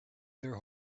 their